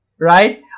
right